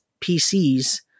PCs